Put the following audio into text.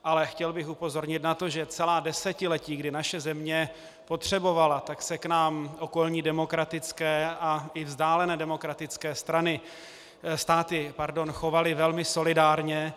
Ale chtěl bych upozornit na to, že celá desetiletí, kdy naše země potřebovala, tak se k nám okolní demokratické a i vzdálené demokratické státy chovaly velmi solidárně.